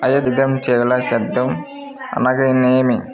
ఐదంచెల సేద్యం అనగా నేమి?